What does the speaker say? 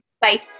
Bye